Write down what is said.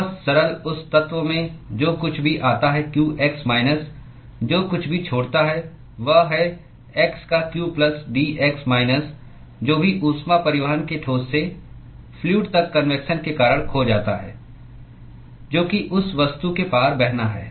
बहुत सरल उस तत्व में जो कुछ भी आता है qx माइनस जो कुछ भी छोड़ता है वह है x का q प्लस dx माइनस जो भी ऊष्मा परिवहन के ठोस से फ्लूअड तक कन्वेक्शन के कारण खो जाता है जो कि उस वस्तु के पार बहना है